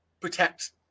protect